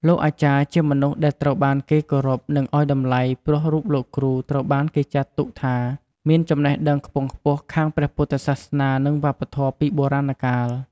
លោកអាចារ្យជាមនុស្សដែលត្រូវបានគេគោរព និងឱ្យតម្លៃព្រោះរូបលោកគ្រូត្រូវបានគេចាក់ទុកថាមានចំណេះដឹងខ្ពង់ខ្ពស់ខាងព្រះពុទ្ធសាសនានិងវប្បធម៍ពីបុរាណកាល។